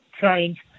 change